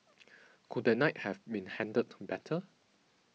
could that night have been handled better